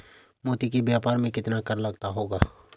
मोती के व्यापार में कितना कर लगता होगा?